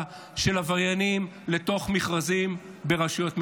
של עבריינים לתוך מכרזים ברשויות מקומיות,